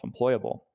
employable